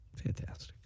Fantastic